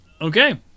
okay